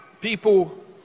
people